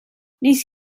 nes